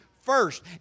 first